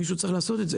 מישהו צריך לעשות את זה,